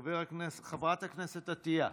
חברת הכנסת עטייה,